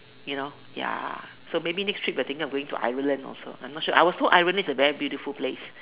you know ya so maybe next trip I think I am going to Ireland also I am not sure I was told Ireland is a very beautiful place